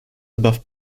above